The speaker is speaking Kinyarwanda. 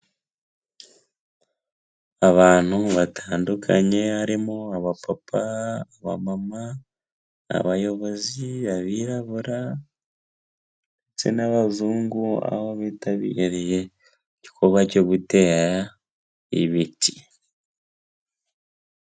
Abantu batandukanye harimo abapapa, aba mama, abayobozi ,abirabura n'abazungu aho bitabiriye igikorwa cyo gutera ibiti.